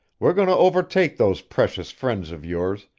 we're going to overtake those precious friends of yours,